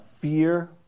fear